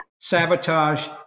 sabotage